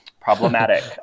problematic